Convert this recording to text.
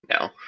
No